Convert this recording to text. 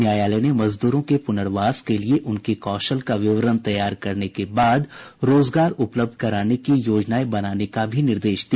न्यायालय ने मजदूरों के पुनर्वास के लिए उनके कौशल का विवरण तैयार करने के बाद रोजगार उपलब्ध कराने की योजनाएं बनाने का भी निर्देश दिया